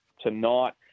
tonight